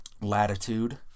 Latitude